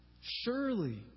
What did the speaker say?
surely